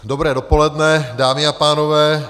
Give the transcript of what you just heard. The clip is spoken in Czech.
Dobré dopoledne, dámy a pánové.